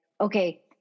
okay